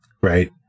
Right